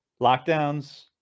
Lockdowns